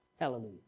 Hallelujah